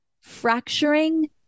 fracturing